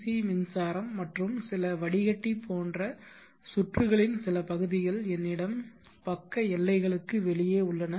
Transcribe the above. C மின்சாரம் மற்றும் சில வடிகட்டி போன்ற சுற்றுகளின் சில பகுதிகள் என்னிடம் பக்க எல்லைகளுக்கு வெளியே உள்ளன